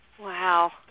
Wow